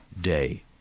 day